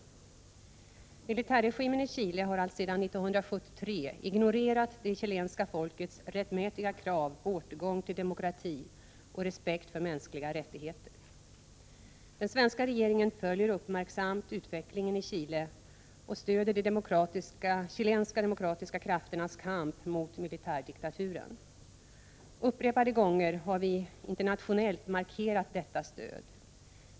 Militärregimen i Chile har alltsedan 1973 ignorerat det chilenska folkets rättmätiga krav på återgång till demokrati och respekt för de mänskliga rättigheterna. Den svenska regeringen följer uppmärksamt utvecklingen i Chile och stöder de chilenska demokratiska krafternas kamp mot militärdiktaturen. Upprepade gånger har vi internationellt markerat detta stöd.